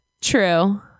true